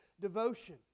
devotion